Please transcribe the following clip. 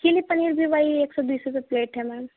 chilli paneer भी वही एक सौ बीस रुपये प्लेट है मैम